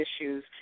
issues